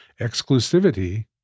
exclusivity